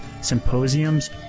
symposiums